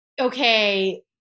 okay